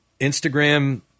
Instagram